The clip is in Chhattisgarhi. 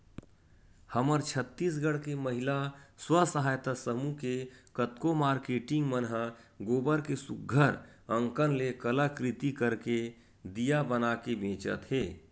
हमर छत्तीसगढ़ के महिला स्व सहयता समूह के कतको मारकेटिंग मन ह गोबर के सुग्घर अंकन ले कलाकृति करके दिया बनाके बेंचत हे